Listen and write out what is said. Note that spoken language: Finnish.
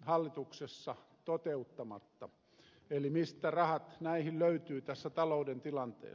hallituksessa toteuttamatta eli mistä rahat näihin löytyvät tässä talouden tilanteessa